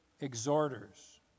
exhorters